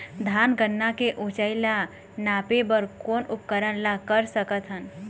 धान गन्ना के ऊंचाई ला नापे बर कोन उपकरण ला कर सकथन?